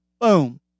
Boom